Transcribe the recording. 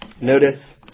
Notice